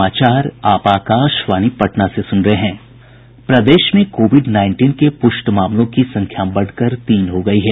प्रदेश में COVID nineteen के प्रष्ट मामलों की संख्या बढ़ कर तीन हो गयी है